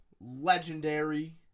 legendary